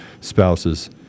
spouses